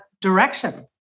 direction